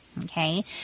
Okay